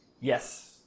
Yes